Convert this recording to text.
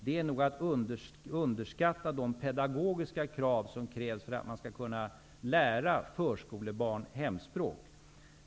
Det är nog att underskatta de pedagogiska krav som ställs för att man skall kunna lära förskolebarn hemspråk.